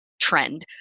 trend